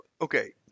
okay